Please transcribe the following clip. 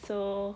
so